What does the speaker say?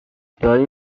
دایی